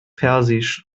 persisch